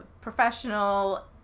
professional